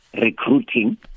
recruiting